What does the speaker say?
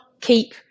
keep